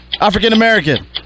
african-american